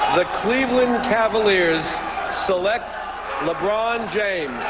the cleveland cavaliers select lebron james